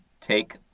take